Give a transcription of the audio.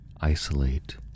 isolate